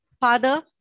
Father